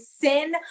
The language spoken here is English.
sin